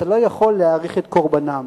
אתה לא יכול להעריך את קורבנם,